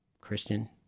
Christian